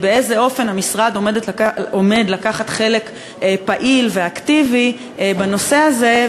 באיזה אופן המשרד עומד לקחת חלק פעיל ואקטיבי בנושא הזה?